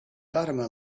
fatima